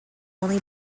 only